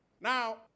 Now